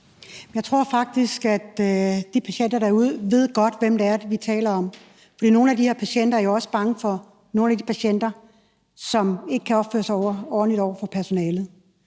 Jeg tror faktisk, at de patienter derude godt ved, hvem det er, vi taler om. For nogle af de her patienter er jo også bange for nogle af de andre patienter, som ikke kan opføre sig ordentligt over for personalet.